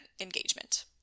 engagement